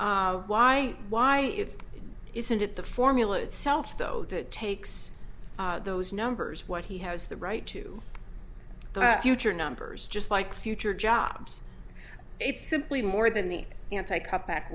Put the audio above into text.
why why if it isn't at the formula itself though that takes those numbers what he has the right to that future numbers just like future jobs it's simply more than the anti cu